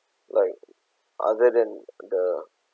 like other than the